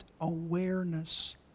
awareness